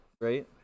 right